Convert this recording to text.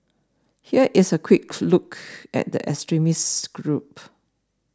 here is a quick look at the extremist group